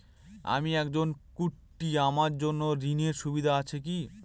আমি একজন কট্টি আমার জন্য ঋণের সুবিধা আছে কি?